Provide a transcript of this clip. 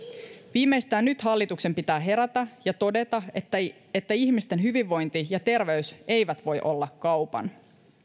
viimeistään nyt hallituksen pitää herätä ja todeta että ihmisten hyvinvointi ja terveys eivät voi olla kaupan